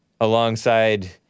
Alongside